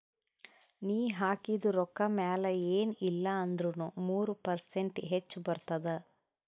ನೀ ಹಾಕಿದು ರೊಕ್ಕಾ ಮ್ಯಾಲ ಎನ್ ಇಲ್ಲಾ ಅಂದುರ್ನು ಮೂರು ಪರ್ಸೆಂಟ್ರೆ ಹೆಚ್ ಬರ್ತುದ